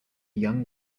young